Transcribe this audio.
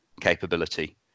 capability